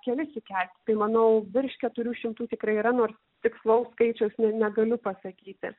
kelis įkelti tai manau virš keturių šimtų tikrai yra nors tikslaus skaičiaus ne negaliu pasakyti